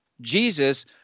Jesus